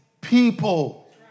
people